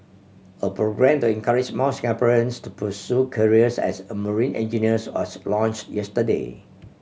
a programme to encourage more Singaporeans to pursue careers as a marine engineers was launched yesterday